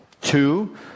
Two